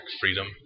freedom